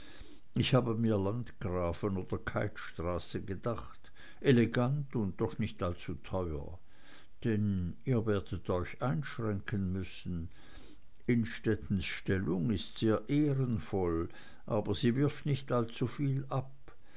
ich habe mir landgrafen oder keithstraße gedacht elegant und doch nicht allzu teuer denn ihr werdet euch einschränken müssen innstettens stellung ist sehr ehrenvoll aber sie wirft nicht allzuviel ab